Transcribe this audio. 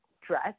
dress